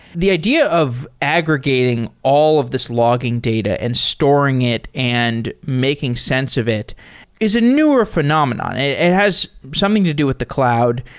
the idea of aggregating all of these logging data and storing it and making sense of it is a newer phenomenon. it it has something to do with the cloud.